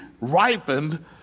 ripened